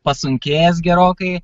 pasunkėjęs gerokai